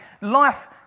life